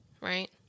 Right